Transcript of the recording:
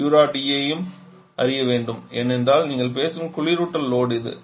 Q dot E ஐயும் அறிய வேண்டும் ஏனென்றால் நீங்கள் பேசும் குளிரூட்டல் லோட் இது